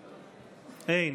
אין.